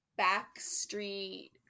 Backstreet